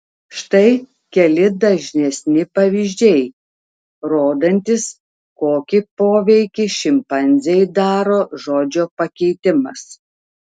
štai keli dažnesni pavyzdžiai rodantys kokį poveikį šimpanzei daro žodžio pakeitimas